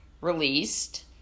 released